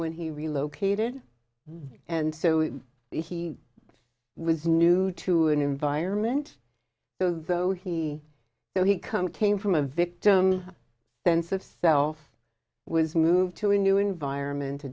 when he relocated and so he was new to an environment so though he did he come came from a victim sense of self was moved to a new environment a